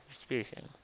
speaking